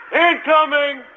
incoming